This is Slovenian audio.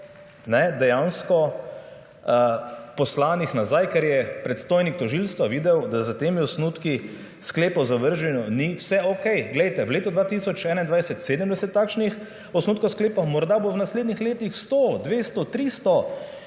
dejansko poslanih nazaj, ker je predstojnik tožilstva videl, da s temi osnutki sklepov o zavrženju ni vse okej. Glejte, v letu 2021 je bilo 70 takšnih osnutkov sklepov, morda jih bo v naslednjih letih 100, 200, 300.